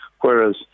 Whereas